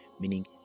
meaning